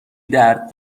درد